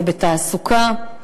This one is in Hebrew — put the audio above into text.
ובתעסוקה.